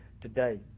today